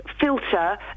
filter